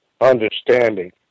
understanding